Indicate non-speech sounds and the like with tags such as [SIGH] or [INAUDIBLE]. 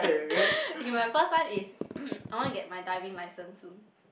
[LAUGHS] okay my first one is [COUGHS] I want to get my diving licence soon